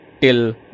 till